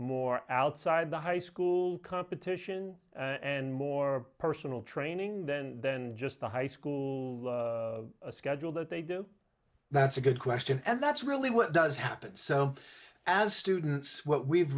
more outside the high school competition and more personal training than just the high school schedule that they do that's a good question and that's really what does happen so as students what we've